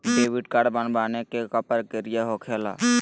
Debit card बनवाने के का प्रक्रिया होखेला?